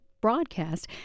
broadcast